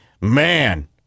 man